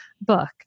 book